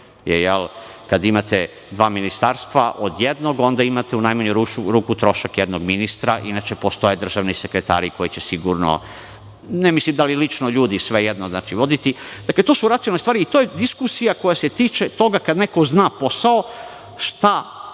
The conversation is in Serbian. kad imate dva ministarstva od jednog, onda imate u najmanju ruku trošak jednog ministra. Inače, postoje državni sekretari, ne mislim lično ljudi, koji će voditi. To su racionalne stvari i to je diskusija koja se tiče toga kad neko zna posao, šta tačno